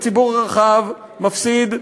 הציבור הרחב מפסיד,